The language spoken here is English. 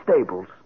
stables